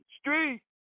street